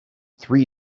three